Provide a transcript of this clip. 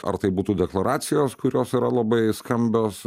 ar tai būtų deklaracijos kurios yra labai skambios